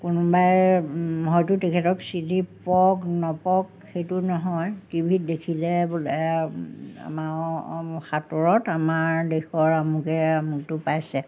কোনোবাই হয়তো তেখেতক চিনি পাওক নাপাওক সেইটো নহয় টি ভিত দেখিলে বোলে আমাৰ আৰু সাঁতোৰত আমাৰ দেশৰ আমুকে আমুকটো পাইছে